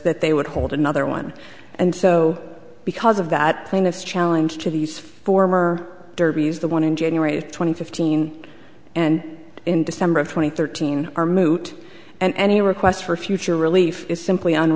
that they would hold another one and so because of that plaintiff's challenge to these former derbies the one in january of twenty fifteen and in december of twenty thirteen are moot and any request for future relief is simply on